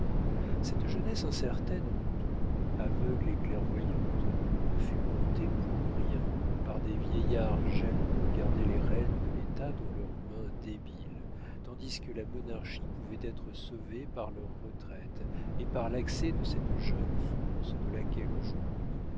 cette jeunesse incertaine en tout aveugle et clairvoyante ne fut comptée pour rien par des vieillards jaloux de garder les rênes de l'état dans leurs mains débiles tandis que la monarchie pouvait être sauvée par leur retraite et par l'accès de cette jeune france de laquelle aujourd'hui